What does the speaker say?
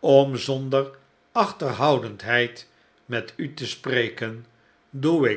om zonder achterhoudendheid met u te spreken doe